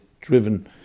driven